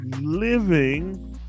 living